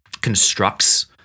constructs